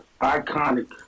iconic